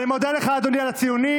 אני מודה לך, אדוני, על הציונים.